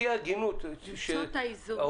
שתהיה הגינות והוגנות.